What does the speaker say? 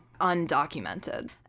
undocumented